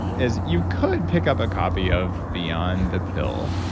is you could pick up a copy of beyond the pill.